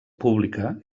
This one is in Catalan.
pública